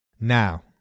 Now